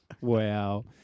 wow